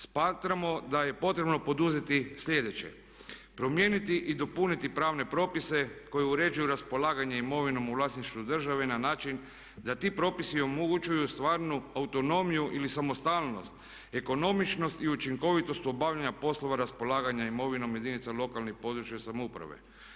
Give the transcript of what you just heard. Smatramo da je potrebno poduzeti sljedeće: Promijeniti i dopuniti pravne propise koji uređuju raspolaganje imovinom u vlasništvu države na način da ti propisi omogućuju stvarnu autonomiju ili samostalnost, ekonomičnost i učinkovitost u obavljanju poslova raspolaganja imovinom jedinica lokalne i područne samouprave.